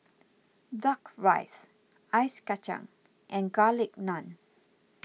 Duck Rice Ice Kachang and Garlic Naan